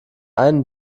einen